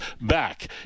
back